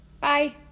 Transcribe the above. Bye